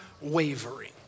wavering